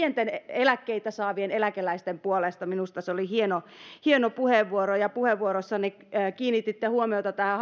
eläkkeitä saavien eläkeläisten puolesta minusta se oli hieno hieno puheenvuoro puheenvuorossanne kiinnititte huomiota tähän